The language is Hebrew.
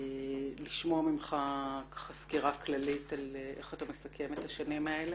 לשמוע ממך סקירה כללית על איך אתה מסכם את השנים האלה.